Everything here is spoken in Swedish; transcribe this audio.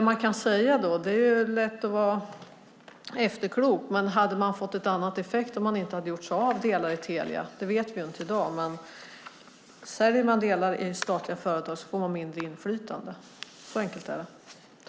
Man kan säga att det är lätt att vara efterklok. Men hade man fått en annan effekt om man inte hade gjort sig av med delar i Telia? Det vet vi inte i dag, men om man säljer delar i statliga företag får man mindre inflytande. Så enkelt är det.